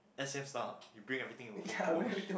S_A_F style you bring everything to home to wash